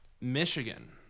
Michigan